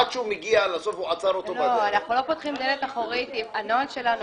עד שהוא מגיע לסוף ונעצר בדרך --- הנוהל שלנו